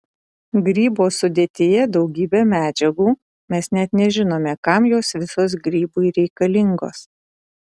grybo sudėtyje daugybė medžiagų mes net nežinome kam jos visos grybui reikalingos